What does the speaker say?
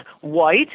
white